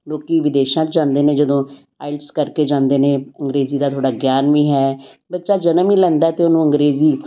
ਲੋਕੀ ਵਿਦੇਸ਼ਾਂ 'ਚ ਜਾਂਦੇ ਨੇ ਜਦੋਂ ਆਇਲਸ ਕਰਕੇ ਜਾਂਦੇ ਨੇ ਅੰਗਰੇਜ਼ੀ ਦਾ ਥੋੜ੍ਹਾ ਗਿਆਨ ਵੀ ਹੈ ਬੱਚਾ ਜਨਮ ਹੀ ਲੈਂਦਾ ਤਾਂ ਉਸ ਨੂੰ ਅੰਗਰੇਜ਼ੀ